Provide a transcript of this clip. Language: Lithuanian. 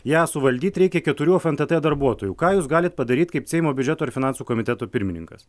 ją suvaldyt reikia keturių fntt darbuotojų ką jūs galit padaryt kaip seimo biudžeto ir finansų komiteto pirmininkas